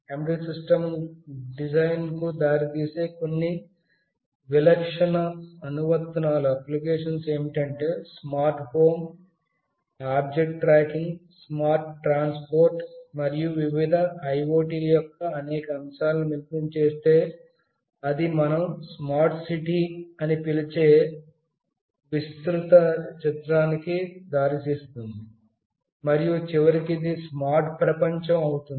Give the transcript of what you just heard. embedded system డిజైన్కు దారితీసే కొన్ని విలక్షణ అనువర్తనాలు ఏమిటంటే smart home object tracking smart transport మరియు మీరు వివిధ IoT ల యొక్క అనేక అంశాలను మిళితం చేస్తే అది మనం స్మార్ట్ సిటీ అని పిలిచే విస్తృత చిత్రానికి దారితీస్తుంది మరియు చివరికి ఇది స్మార్ట్ ప్రపంచం అవుతుంది